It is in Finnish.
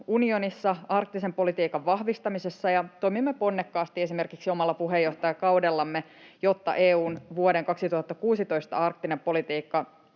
unionissa arktisen politiikan vahvistamisessa ja toimimme ponnekkaasti esimerkiksi omalla puheenjohtajakaudellamme, jotta EU:n vuoden 2016 arktinen politiikka